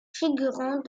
figurant